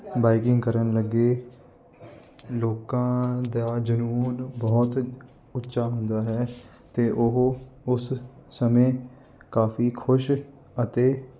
biking ਕਰਨ ਲੱਗੇ ਲੋਕਾਂ ਦਾ ਜਨੂੰਨ ਬਹੁਤ ਉੱਚਾ ਹੁੰਦਾ ਹੈ ਅਤੇ ਉਹ ਉਸ ਸਮੇਂ ਕਾਫ਼ੀ ਖੁਸ਼ ਅਤੇ